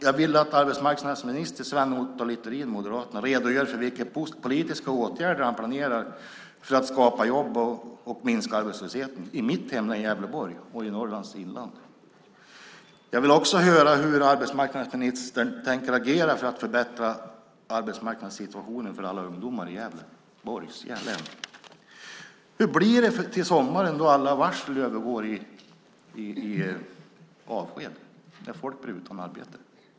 Jag vill att arbetsmarknadsminister Sven Otto Littorin, Moderaterna, redogör för vilka politiska åtgärder han planerar för att skapa jobb och minska arbetslösheten i mitt hemlän Gävleborg och i Norrlands inland. Jag vill också höra hur arbetsmarknadsministern tänker agera för att förbättra arbetsmarknadssituationen för alla ungdomar i Gävleborgs län. Hur blir det till sommaren då alla varsel övergår i avsked, när folk blir utan arbete?